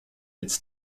its